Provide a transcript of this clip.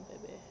baby